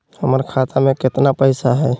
हमर खाता मे केतना पैसा हई?